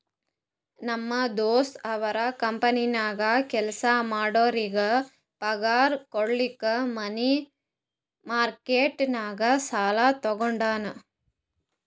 ನಮ್ ದೋಸ್ತ ಅವ್ರ ಕಂಪನಿನಾಗ್ ಕೆಲ್ಸಾ ಮಾಡೋರಿಗ್ ಪಗಾರ್ ಕುಡ್ಲಕ್ ಮನಿ ಮಾರ್ಕೆಟ್ ನಾಗ್ ಸಾಲಾ ತಗೊಂಡಾನ್